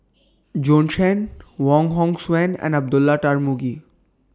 Bjorn Shen Wong Hong Suen and Abdullah Tarmugi